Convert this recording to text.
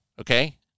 okay